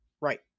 Right